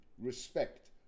respect